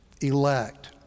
elect